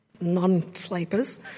non-sleepers